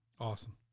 Awesome